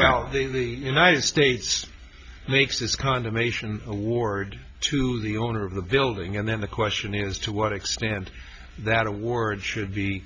well united states makes its condemnation award to the owner of the building and then the question is to what extent that award should be